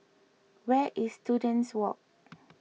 where is Students Walk